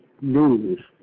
news